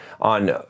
on